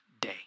day